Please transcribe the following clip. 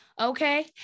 Okay